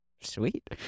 Sweet